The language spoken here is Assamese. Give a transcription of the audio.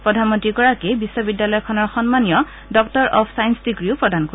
প্ৰধানমন্ত্ৰী গৰাকীয়ে বিশ্ববিদ্যালয়খনৰ সন্মানীয় ডক্টৰ অব চায়ঞ্চ ডিগ্ৰীও প্ৰদান কৰিব